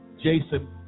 Jason